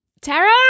Tara